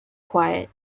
quiet